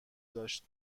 داشت